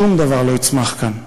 שום דבר לא יצמח כאן.